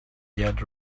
yet